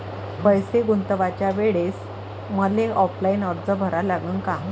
पैसे गुंतवाच्या वेळेसं मले ऑफलाईन अर्ज भरा लागन का?